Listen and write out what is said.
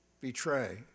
betray